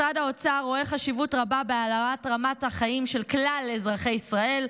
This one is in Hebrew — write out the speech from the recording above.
משרד האוצר רואה חשיבות רבה בהעלאת רמת החיים של כלל אזרחי ישראל,